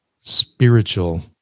spiritual